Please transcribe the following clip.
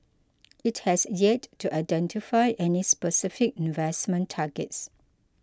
it has yet to identify any specific investment targets